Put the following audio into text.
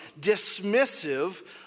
dismissive